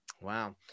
Wow